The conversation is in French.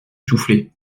souffler